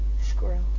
Squirrel